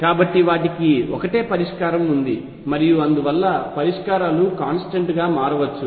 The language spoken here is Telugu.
కాబట్టి వాటికి ఒకటే పరిష్కారం ఉంది మరియు అందువల్ల పరిష్కారాలు కాంస్టెంట్ గా మారవచ్చు